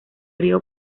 río